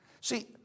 See